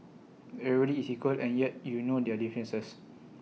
everybody is equal and yet you know their differences